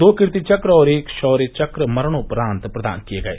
दो कीर्ति चक्र और एक शौर्य चक्र मरणोपरांत प्रदान किये गये